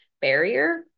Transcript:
barrier